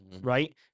right